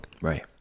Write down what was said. Right